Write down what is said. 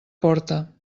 porta